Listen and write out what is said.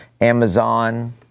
Amazon